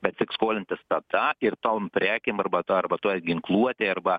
bet tik skolintis tada ir tom prekėm arba ta arba tų ar ginkluotei arba